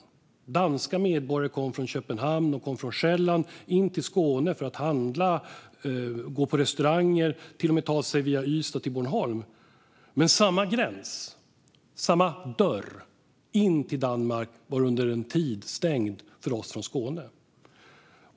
Det gjorde att danska medborgare kom från Köpenhamn och Själland till Skåne för att handla, gå på restauranger och till och med ta sig via Ystad till Bornholm, men samma gräns, samma dörr in till Danmark, var under en tid stängd för oss från Skåne.